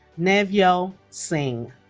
navjot ah singh